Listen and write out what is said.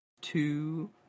two